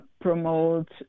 promote